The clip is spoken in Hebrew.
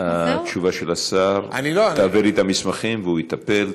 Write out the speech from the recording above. התשובה של השר: תעבירי את המסמכים, והוא יטפל.